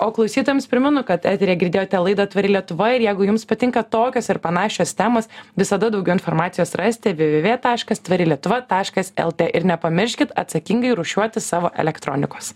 o klausytojams primenu kad eteryje girdėjote laidą tvari lietuva ir jeigu jums patinka tokios ir panašios temos visada daugiau informacijos rasite v v v taškas tvari lietuva taškas lt ir nepamirškit atsakingai rūšiuoti savo elektronikos